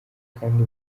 kandi